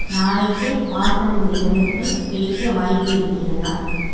நாளைக்கே வாசனை திரவியங்கள் கிடைக்க வாய்ப்பு இருக்கிறதா